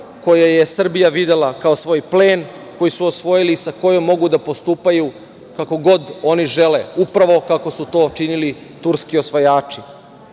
koja je Srbiju videla kao svoj plen, koji su osvojili i sa kojom mogu da postupaju kako god oni žele, upravo kako su to činili turski osvajači.Za